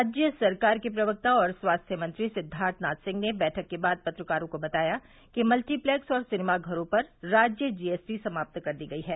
राज्य सरकार के प्रवक्ता और स्वास्थ्य मंत्री सिद्वार्थ नाथ सिंह ने बैठक के बाद पत्रकारों को बताया कि मल्टीप्लैक्स और सिनेमा घरों पर राज्य जीएसटी समाप्त कर दी गई है